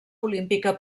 olímpica